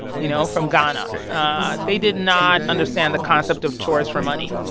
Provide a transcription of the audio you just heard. you know, from ghana. ah they did not understand the concept of chores for money,